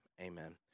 Amen